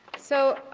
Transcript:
so,